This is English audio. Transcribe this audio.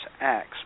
acts